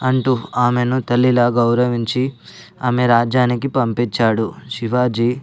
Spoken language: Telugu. అంటూ ఆమెను తల్లిలా గౌరవించి ఆమె రాజ్యానికి పంపించాడు శివాజీ